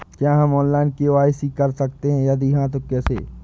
क्या हम online KYC कर सकते हैं यदि हाँ तो कैसे?